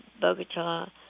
Bogota